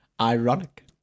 Ironic